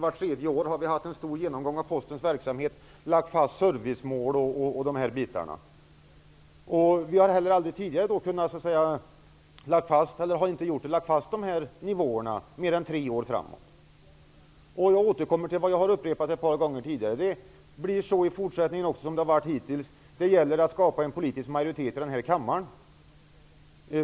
Vart tredje år har vi gjort en stor genomgång av Postens verksamhet och t.ex. lagt fast servicemål. Vi har inte heller tidigare lagt fast nivåerna för mer än tre år framåt. Jag återkommer till det jag har sagt ett par gånger tidigare: Det blir som det har varit hittills också i fortsättningen. Det gäller att skapa en politisk majoritet i denna kammare.